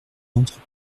entrent